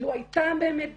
לו הייתה באמת בחירה,